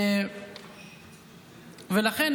ולכן,